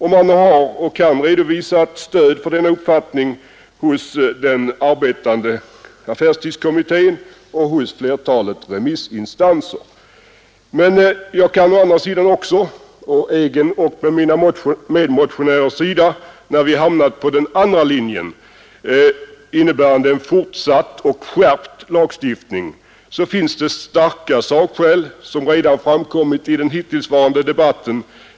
Man har redovisat stöd för denna uppfattning både hos affärstidskom mittén och flertalet remissinstanser. Men jag kan säga, på mina egna och mina medmotionärers vägnar, att när vi hamnat på den andra linjen, innebärande en fortsatt och skärpt lagstiftning, har det skett på grund av starka sakskäl som redan framkommit i den här förda debatten.